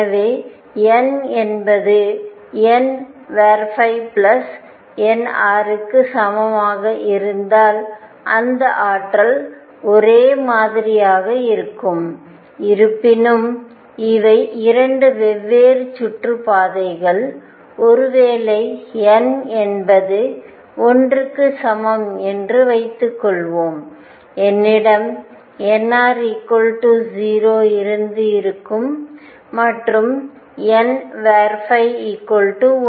எனவே n என்பது nnr க்கு சமமாக இருந்தால் அந்த ஆற்றல் ஒரே மாதிரியாக இருக்கும் இருப்பினும் இவை 2 வெவ்வேறு சுற்றுப்பாதைகள் ஒருவேளை n என்பது 1 க்கு சமம் என்று வைத்துக்கொள்வோம் என்னிடம் nr 0 இருந்து இருக்கும் மற்றும் n 1